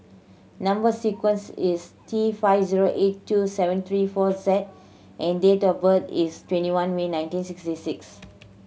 number sequence is T five zero eight two seven three four Z and date of birth is twenty one May nineteen sixty six